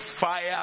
fire